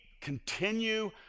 continue